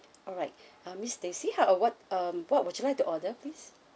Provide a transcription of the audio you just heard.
alright uh miss stacey how uh what um what would you like to order please